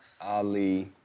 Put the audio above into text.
Ali